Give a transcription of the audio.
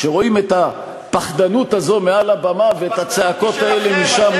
כשרואים את הפחדנות הזאת מעל הבמה ואת הצעקות האלה משם,